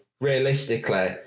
realistically